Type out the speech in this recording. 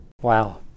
Wow